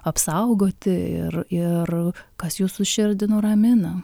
apsaugoti ir ir kas jūsų širdį nuramina